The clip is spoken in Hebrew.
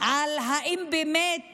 על האם באמת